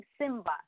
Simba